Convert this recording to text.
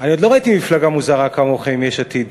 אני עוד לא ראיתי מפלגה מוזרה כמוכם, יש עתיד.